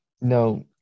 No